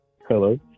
Hello